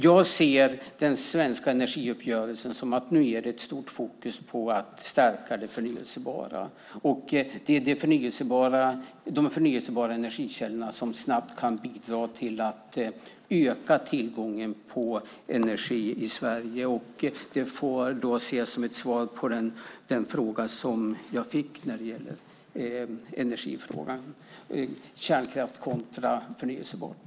Jag ser den svenska energiuppgörelsen som att det nu är stort fokus på att stärka det förnybara. Det är de förnybara energikällorna som snabbt kan bidra till att öka tillgången på energi i Sverige. Det får ses som ett svar på den fråga som jag fick om energin - kärnkraft kontra förnybart.